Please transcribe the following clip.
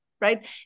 right